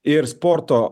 ir sporto